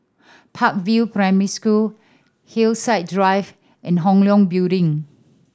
Park View Primary School Hillside Drive and Hong Leong Building